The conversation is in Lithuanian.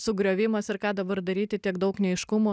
sugriovimas ir ką dabar daryti tiek daug neaiškumų